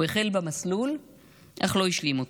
הוא החל במסלול אך לא השלים אותו.